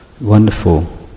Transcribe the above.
wonderful